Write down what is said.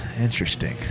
Interesting